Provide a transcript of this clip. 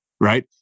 right